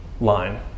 line